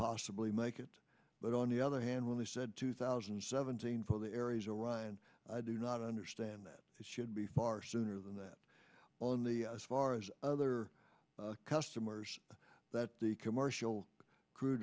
possibly make it but on the other hand when he said two thousand and seventeen for the area ryan i do not understand that it should be far sooner than that on the as far as other customers that the commercial cr